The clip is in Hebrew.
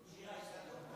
שירה איסקוב?